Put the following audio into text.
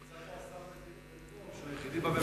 נמצא פה השר מרידור.